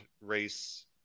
race